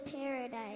paradise